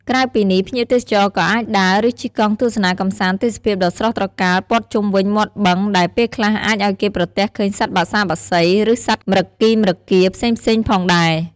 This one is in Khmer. ក្រៅពីនេះភ្ញៀវទេសចរក៏អាចដើរ ឬជិះកង់ទស្សនាកម្សាន្តទេសភាពដ៏ស្រស់ត្រកាលព័ទ្ធជុំវិញមាត់បឹងដែលពេលខ្លះអាចឱ្យគេប្រទះឃើញសត្វបក្សាបក្សី ឬសត្វម្រឹគីម្រឹគា ផ្សេងៗផងដែរ។